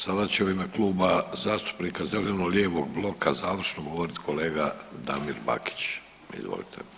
Sada će u ime Kluba zastupnika zeleno-lijevog bloka završno govorit kolega Damir Bakić, izvolite.